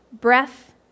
breath